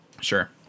sure